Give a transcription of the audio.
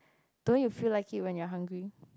don't you feel like it when you're hungry